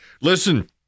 Listen